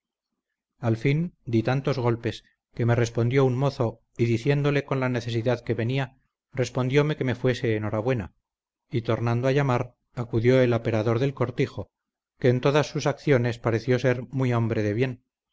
al fin dí tantos golpes que me respondió un mozo y diciéndole con la necesidad que venia respondiome que me fuese en hora buena y tornando a llamar acudió el aperador del cortijo que en todas sus acciones pareció ser muy hombre de bien